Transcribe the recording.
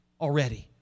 already